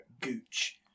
Gooch